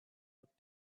looked